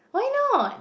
why not